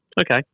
okay